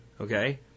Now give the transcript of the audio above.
okay